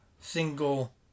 single